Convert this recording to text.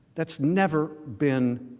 that's never been